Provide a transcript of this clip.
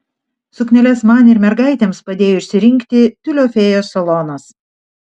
sukneles man ir mergaitėms padėjo išsirinkti tiulio fėjos salonas